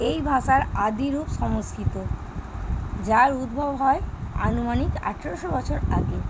এই ভাষার আদিরূপ সংস্কৃত যার উদ্ভব হয় আনুমানিক আঠেরশো বছর আগে